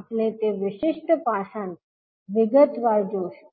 આપણે તે વિશિષ્ટ પાસાને વિગતવાર જોશું